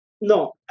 No